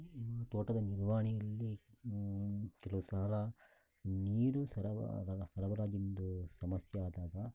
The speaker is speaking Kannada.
ತೋಟದ ನಿರ್ವಹಣೆಯಲ್ಲಿ ಕೆಲವು ಸಲ ನೀರು ಸರಬ ಆದಾಗ ಸರಬರಾಜಿನದು ಸಮಸ್ಯೆ ಆದಾಗ